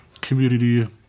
community